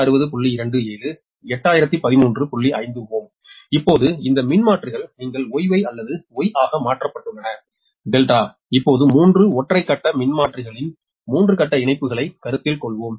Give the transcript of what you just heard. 5Ω இப்போது இந்த மின்மாற்றிகள் நீங்கள் Y Y அல்லது Y ஆக மாற்றப்பட்டுள்ளன Δ சிலர் இப்போது 3 ஒற்றை கட்ட மின்மாற்றிகளின் 3 கட்ட இணைப்புகளை கருத்தில் கொள்வோம்